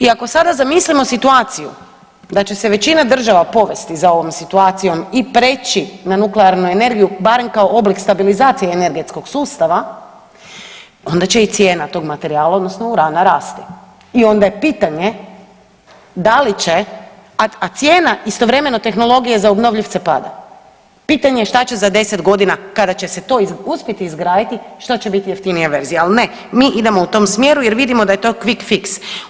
I ako sada zamislimo situaciju da će se većina država povesti za ovom situacijom i preći na nuklearnu energiju barem kao oblik stabilizacije energetskog sustava onda će i cijena tog materijala odnosno urana rasti i onda je pitanje da li će, a cijena istovremeno tehnologije za obnovljivce pada, pitanje je šta će za 10.g. kada će se to uspjeti izgraditi, što će biti jeftinija verzija, al ne, mi idemo u tom smjeru jer vidimo da je to kvikfiks.